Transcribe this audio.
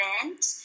event